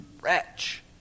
wretch